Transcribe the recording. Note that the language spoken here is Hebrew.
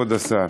כבוד השר?